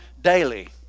daily